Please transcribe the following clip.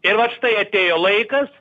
ir va štai atėjo laikas